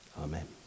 Amen